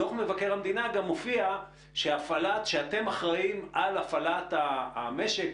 בדוח מבקר המדינה גם מופיע שאתם אחראים על הפעלת המשק,